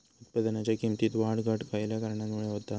उत्पादनाच्या किमतीत वाढ घट खयल्या कारणामुळे होता?